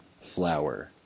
flower